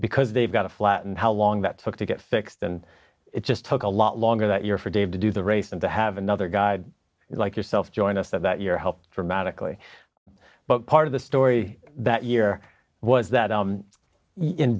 because they've got a flat and how long that took to get fixed and it just took a lot longer that year for dave to do the race and to have another guy like yourself join us that that your health dramatically but part of the story that year was that you in